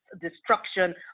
destruction